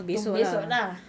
untuk besok lah